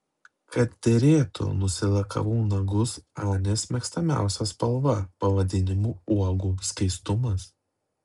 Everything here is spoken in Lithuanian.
kad derėtų nusilakavau nagus anės mėgstamiausia spalva pavadinimu uogų skaistumas